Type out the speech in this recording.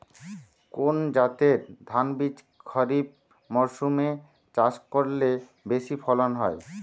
কোন জাতের ধানবীজ খরিপ মরসুম এ চাষ করলে বেশি ফলন হয়?